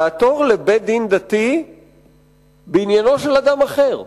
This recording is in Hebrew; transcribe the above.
לעתור לבית-דין דתי בעניינו של אדם אחר.